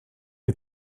you